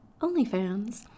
OnlyFans